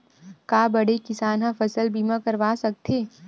का बड़े किसान ह फसल बीमा करवा सकथे?